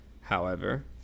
However